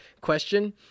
question